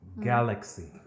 Galaxy